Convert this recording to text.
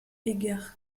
edgard